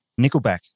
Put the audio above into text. Nickelback